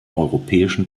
europäischen